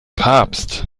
papst